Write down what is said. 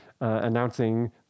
announcing